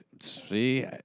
See